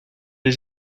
les